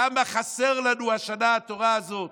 כמה חסרה לנו השנה התורה הזאת.